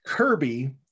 Kirby